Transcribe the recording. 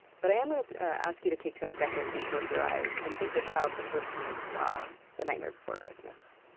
but i am gonna ask you to take ten seconds and close your eyes and think about the first time that you saw the nightmare before christmas.